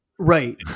Right